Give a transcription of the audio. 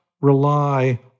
rely